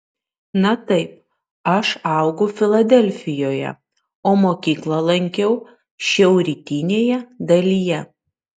na taip aš augau filadelfijoje o mokyklą lankiau šiaurrytinėje dalyje